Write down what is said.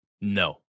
No